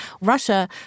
Russia